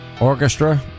orchestra